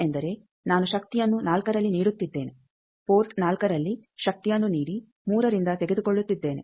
ಎಂದರೆ ನಾನು ಶಕ್ತಿಯನ್ನು 4ರಲ್ಲಿ ನೀಡುತ್ತಿದ್ದೇನೆ ಪೋರ್ಟ್ 4ರಲ್ಲಿ ಶಕ್ತಿಯನ್ನು ನೀಡಿ 3 ರಿಂದ ತೆಗೆದುಕೊಳ್ಳುತ್ತಿದ್ದೇನೆ